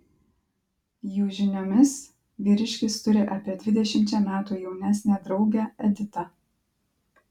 jų žiniomis vyriškis turi apie dvidešimčia metų jaunesnę draugę editą